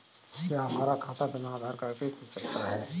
क्या हमारा खाता बिना आधार कार्ड के खुल सकता है?